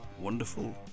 Wonderful